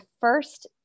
first